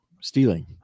stealing